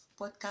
podcast